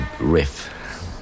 riff